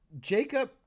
Jacob